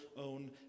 own